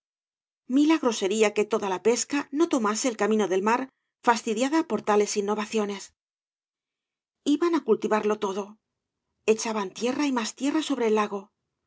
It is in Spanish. milagro sería que toda la pesca no tomase el camino del mar fastidiada por tales innovacionesl v bla soo ibáñbz iban á cultivarlo todo echaban tierra y más tierra sobre el lago por